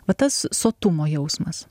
va tas sotumo jausmas